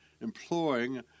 employing